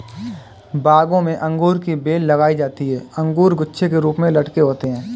बागों में अंगूर की बेल लगाई जाती है अंगूर गुच्छे के रूप में लटके होते हैं